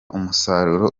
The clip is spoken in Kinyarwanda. umusaruro